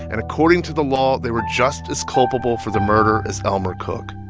and according to the law, they were just as culpable for the murder as elmer cook.